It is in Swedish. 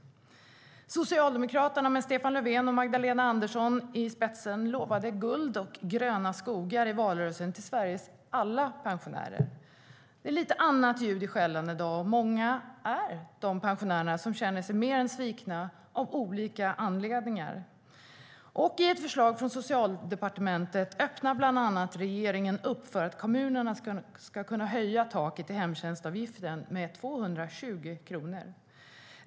Socialdemokraterna, med Stefan Löfven och Magdalena Andersson i spetsen, lovade guld och gröna skogar i valrörelsen till Sveriges alla pensionärer. Det är lite annat ljud i skällan i dag, och många är de pensionärer som känner sig mer än svikna av olika anledningar. I ett förslag från Socialdepartementet öppnar regeringen bland annat för att kommunerna ska kunna höja taket i hemtjänstavgiften med 220 kronor.